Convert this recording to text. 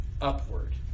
upward